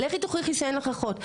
לכי תוכיחי שאין לך אחות.